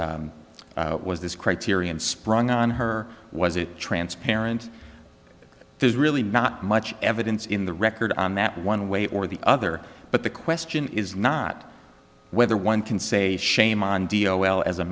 was this criterion sprung on her was it transparent there's really not much evidence in the record on that one way or the other but the question is not whether one can say shame on dio well as a